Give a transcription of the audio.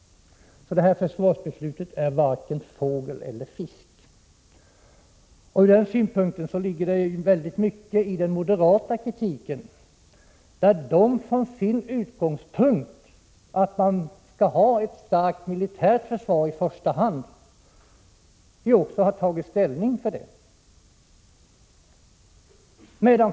Det här försvarsbeslutet blir alltså varken fågel eller fisk. Ur den synpunkten ligger det väldigt mycket i den moderata kritiken, där moderaterna från sin utgångspunkt, att man i första hand skall ha ett starkt militärt försvar, också har tagit ställning för detta.